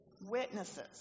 witnesses